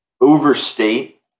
overstate